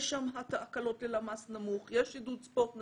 יש שם הקלות ללמ"ס נמוך, יש עידוד ספורט נשים,